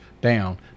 down